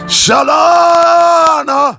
shalana